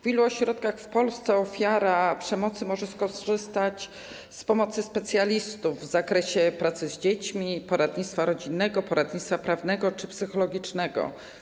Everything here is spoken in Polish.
W ilu ośrodkach w Polsce ofiara przemocy może skorzystać z pomocy specjalistów w zakresie pracy z dziećmi, poradnictwa rodzinnego, poradnictwa prawnego czy psychologicznego?